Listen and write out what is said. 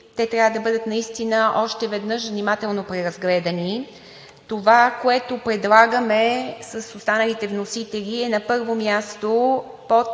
че трябва да бъдат наистина още веднъж внимателно преразгледани. Това, което предлагаме с останалите вносители, е, на първо място,